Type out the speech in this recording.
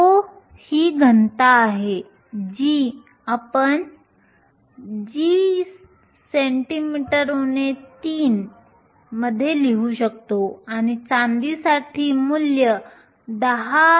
ρ ही घनता आहे जी आपण g cm 3 मध्ये लिहू शकतो आणि चांदीसाठी मूल्य 10